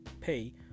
pay